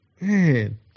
man